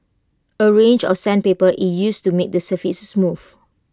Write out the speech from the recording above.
A range of sandpaper is used to make the surface smooth